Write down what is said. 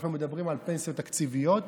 אנחנו מדברים על פנסיות תקציביות,